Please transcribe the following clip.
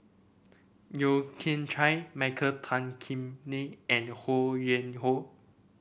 Yeo Kian Chai Michael Tan Kim Nei and Ho Yuen Hoe